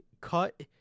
cut